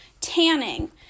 tanning